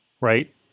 Right